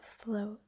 float